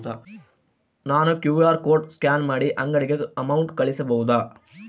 ನಾನು QR code scan ಮಾಡಿ ಅಂಗಡಿಗೆ ಅಮೌಂಟ್ ಕಳಿಸಬಹುದಾ?